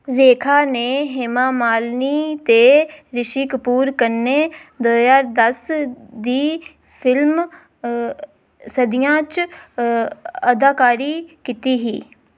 रेखा ने हेमा मालिनी ते रिशी कपूर कन्नै दो ज्हार दस दी फिल्म सदियां च अदाकारी कीती ही